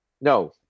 No